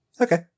Okay